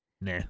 Nah